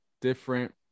different